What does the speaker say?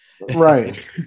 Right